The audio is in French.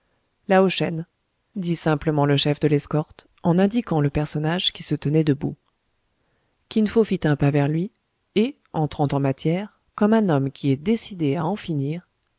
lao shen dit simplement le chef de l'escorte en indiquant le personnage qui se tenait debout kin fo fit un pas vers lui et entrant en matière comme un homme qui est décidé à en finir